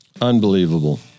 Unbelievable